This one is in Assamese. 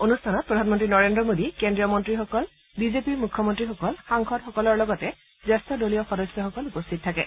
অনুষ্ঠানত প্ৰধানমন্ত্ৰী নৰেন্দ্ৰ মোদী কেন্দ্ৰীয় মন্ত্ৰীসকল বিজেপিৰ মুখ্যমন্ত্ৰীসকল সাংসদসকলৰ লগতে জ্যেষ্ঠ দলীয় সদস্যসকল উপস্থিত থাকে